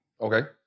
Okay